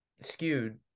skewed